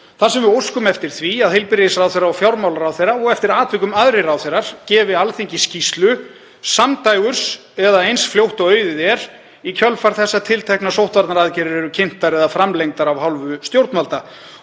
þar sem við óskum eftir því að heilbrigðisráðherra og fjármálaráðherra, og eftir atvikum aðrir ráðherrar, gefi Alþingi skýrslu samdægurs eða eins fljótt og auðið er í kjölfar þess að tilteknar sóttvarnaaðgerðir eru kynntar eða framlengdar af hálfu stjórnvalda.